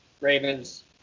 ravens